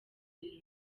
iri